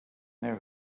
their